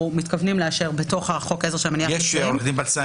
מתכוונים לאישור בתוך חוק העזר של מניעת מפגעים.